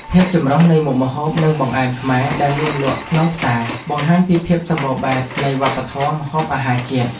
ភាពចម្រុះនៃមុខម្ហូបនិងបង្អែមខ្មែរដែលមានលក់ក្នុងផ្សារបង្ហាញពីភាពសម្បូរបែបនៃវប្បធម៌ម្ហូបអាហារជាតិ។